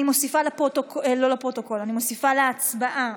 מוסיפה להצבעה.